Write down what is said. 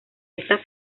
esta